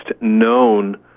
known